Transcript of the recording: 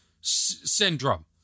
syndrome